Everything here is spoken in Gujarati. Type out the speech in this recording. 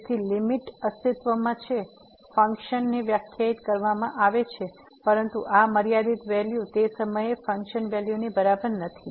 તેથી લીમીટ અસ્તિત્વમાં છે ફંક્શનને વ્યાખ્યાયિત કરવામાં આવે છે પરંતુ આ મર્યાદિત વેલ્યુ તે સમયે ફંકશનલ વેલ્યુ ની બરાબર નથી